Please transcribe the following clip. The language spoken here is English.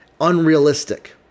unrealistic